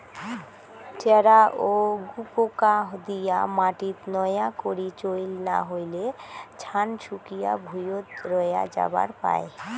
চ্যারা ও গুপোকা দিয়া মাটিত নয়া করি চইল না হইলে, ছান শুকিয়া ভুঁইয়ত রয়া যাবার পায়